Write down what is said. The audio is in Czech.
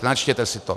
Načtěte si to!